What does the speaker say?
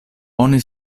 oni